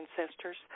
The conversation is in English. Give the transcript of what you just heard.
ancestors